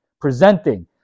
presenting